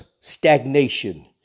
stagnation